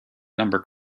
number